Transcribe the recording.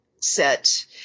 set